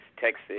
Texas